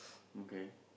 okay